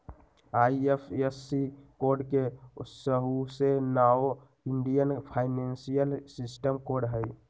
IFSC code के सऊसे नाओ इंडियन फाइनेंशियल सिस्टम कोड हई